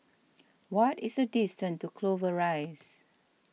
what is the distance to Clover Rise